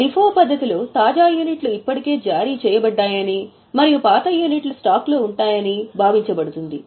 LIFO పద్ధతిలో తాజా యూనిట్లు ఇప్పటికే జారీ చేయబడిందని మరియు పాత యూనిట్లు స్టాక్లో ఉంటాయని భావించబడుతుంది